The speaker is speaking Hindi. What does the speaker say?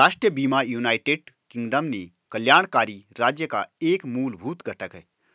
राष्ट्रीय बीमा यूनाइटेड किंगडम में कल्याणकारी राज्य का एक मूलभूत घटक है